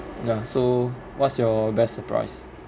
ya so what's your best surprise